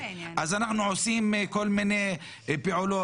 אז אנחנו עושים כל מיני פעולות.